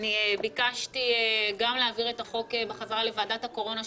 אני ביקשתי להעביר את החוק בחזרה לוועדת הקורונה,